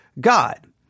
God